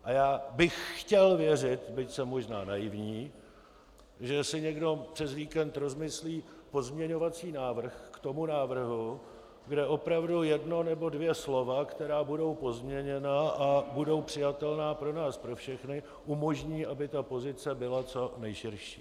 A já bych chtěl věřit, byť jsem možná naivní, že si někdo přes víkend rozmyslí pozměňovací návrh k tomu návrhu, kde opravdu jedno nebo dvě slova, která budou pozměněna a budou přijatelná pro nás pro všechny, umožní, aby ta pozice byla co nejširší.